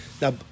now